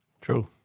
True